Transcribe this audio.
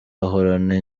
ahorana